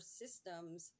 systems